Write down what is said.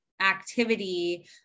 activity